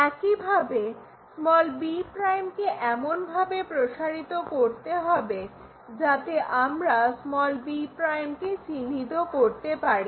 একইভাবে এই b' কে এমনভাবে প্রসারিত করতে হবে যাতে আমরা b' কে চিহ্নিত করতে পারি